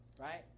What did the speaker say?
Right